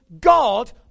God